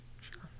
Sure